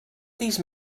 these